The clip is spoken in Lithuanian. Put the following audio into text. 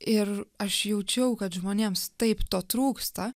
ir aš jaučiau kad žmonėms taip to trūksta